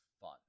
fun